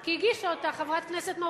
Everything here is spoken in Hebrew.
כי הגישה אותה חברת כנסת מהאופוזיציה,